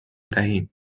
دهیم